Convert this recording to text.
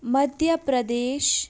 Madhya Pradesh